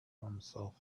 himself